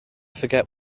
forget